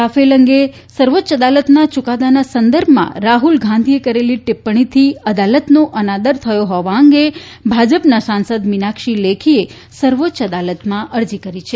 Rafale અંગે સર્વોચ્ચ અદાલતના ચૂકાદાના સંદર્ભમાં રાહુલ ગાંધીએ કરેલી ટિપ્પણીથી અદાલતનો અનાદર થયો હોવા અંગે ભાજપના સાંસદ મીનાક્ષી લેખીએ સર્વોચ્ય અદાલતમાં અરજી કરી છે